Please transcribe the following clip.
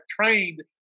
trained